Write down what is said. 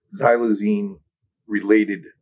xylazine-related